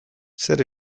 zer